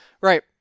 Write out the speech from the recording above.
Right